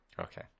Okay